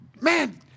man